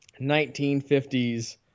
1950's